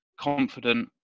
confident